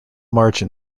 margin